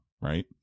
Right